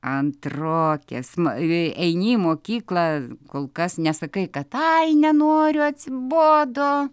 antrokė sm ir eini į mokyklą kol kas nesakai kad ai nenoriu atsibodo